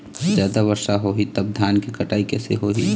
जादा वर्षा होही तब धान के कटाई कैसे होही?